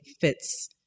fits